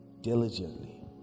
diligently